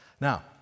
Now